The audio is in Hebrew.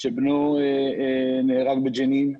בנו נהרג בג'נין.